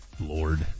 Lord